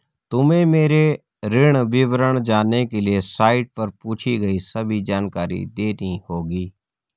तुम्हें मेरे ऋण विवरण जानने के लिए साइट पर पूछी गई सभी जानकारी देनी होगी